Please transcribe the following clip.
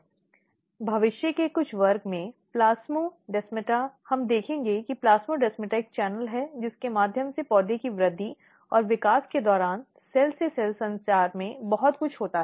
भविष्य के कुछ वर्ग में प्लास्मोडेस्माटा हम देखेंगे कि प्लास्मोडेस्माटा एक चैनल है जिसके माध्यम से पौधे की वृद्धि और विकास के दौरान सेल से सेल संचार में बहुत कुछ होता है